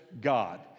God